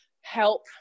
help